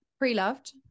pre-loved